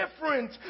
different